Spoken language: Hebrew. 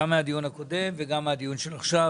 גם מהדיון הקודם וגם מעכשיו,